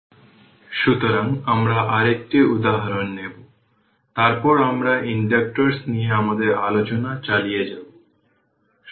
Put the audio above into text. capacitors and inductors অবিরত সুতরাং আমরা আরেকটি উদাহরণ নেব তারপর আমরা ইন্ডাক্টরস নিয়ে আমাদের আলোচনা চালিয়ে যাব